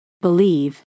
Believe